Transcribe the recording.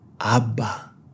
Abba